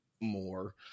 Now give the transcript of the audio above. more